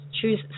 choose